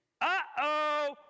uh-oh